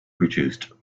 produced